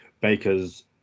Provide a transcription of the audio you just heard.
Baker's